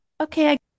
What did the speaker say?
okay